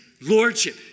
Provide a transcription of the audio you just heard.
lordship